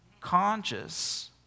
Conscious